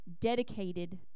Dedicated